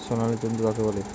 সোনালী তন্তু কাকে বলে?